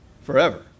forever